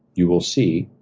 you will see,